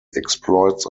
exploits